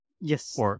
Yes